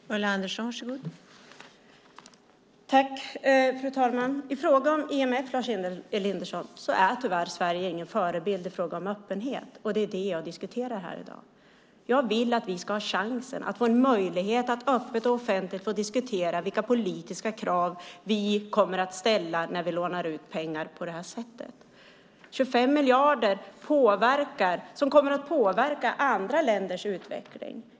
Fru talman! I fråga om IMF, Lars Elinderson, är Sverige tyvärr ingen förebild när det gäller öppenhet, och det är det jag diskuterar här i dag. Jag vill att vi ska få en möjlighet att öppet och offentligt diskutera vilka politiska krav vi kommer att ställa när vi lånar ut pengar på det här sättet, 25 miljarder som kommer att påverka andra länders utveckling.